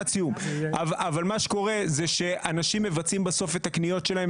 אבל מה שקורה זה שאנשים מבצעים בסוף את הקניות שלהם,